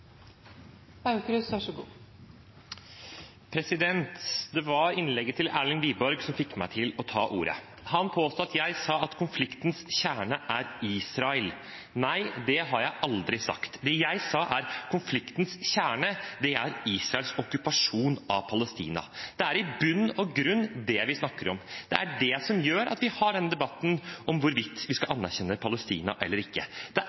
Det var innlegget til Erlend Wiborg som fikk meg til å ta ordet. Han påsto at jeg sa at konfliktens kjerne er Israel. Nei, det har jeg aldri sagt. Det jeg sa, er at konfliktens kjerne er Israels okkupasjon av Palestina. Det er i bunn og grunn det vi snakker om. Det er det som gjør at vi har denne debatten om hvorvidt vi skal anerkjenne Palestina eller ikke. Det